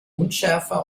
unschärfer